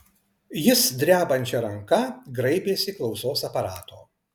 jis drebančia ranka graibėsi klausos aparato